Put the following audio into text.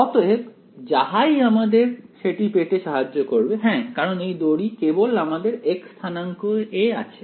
অতএব যাহাই আমাদের সেটি পেতে সাহায্য করবে হ্যাঁ কারণ এই দড়ি কেবল আমাদের x স্থানাঙ্ক এ আছে